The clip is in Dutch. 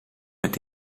met